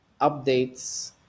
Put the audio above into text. updates